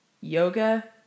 Yoga